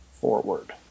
forward